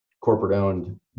corporate-owned